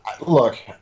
Look